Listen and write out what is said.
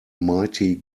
mighty